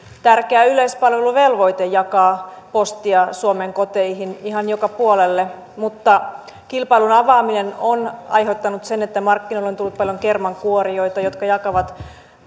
tärkeä yleispalveluvelvoite jakaa postia suomen koteihin ihan joka puolelle mutta kilpailun avaaminen on aiheuttanut sen että markkinoille on tullut paljon kermankuorijoita jotka jakavat